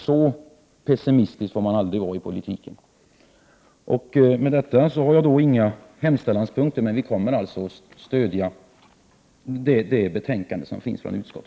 Så pessimistisk 9 maj 1989 får man aldrig vara i politiken. Jag har inget yrkande på de olika punkterna, men vi kommer att stödja utskottets hemställan.